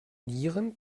nieren